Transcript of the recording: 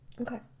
Okay